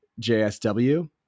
JSW